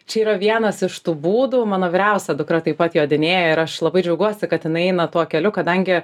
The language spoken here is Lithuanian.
čia yra vienas iš tų būdų mano vyriausia dukra taip pat jodinėja ir aš labai džiaugiuosi kad jinai eina tuo keliu kadangi